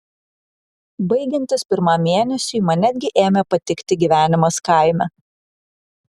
baigiantis pirmam mėnesiui man netgi ėmė patikti gyvenimas kaime